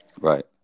Right